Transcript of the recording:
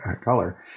color